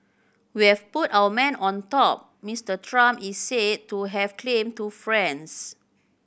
we've put our man on top Mister Trump is said to have claimed to friends